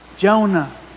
Jonah